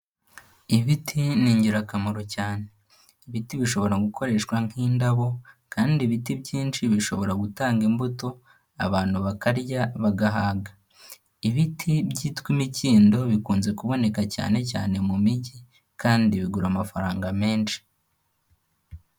Ibiti ni ingirakamaro cyane. Ibiti bishobora gukoreshwa nk'indabo kandi ibiti byinshi bishobora gutanga imbuto, abantu bakarya bagahaga. Ibiti byitwa imikindo, bikunze kuboneka cyane cyane mu mijyi kandi bigura amafaranga menshi.